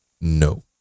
no